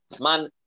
Man